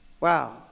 Wow